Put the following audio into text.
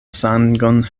sangon